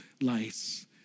lies